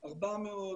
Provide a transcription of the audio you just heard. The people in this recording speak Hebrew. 400,